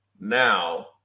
now